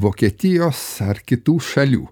vokietijos ar kitų šalių